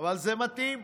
אבל זה מתאים.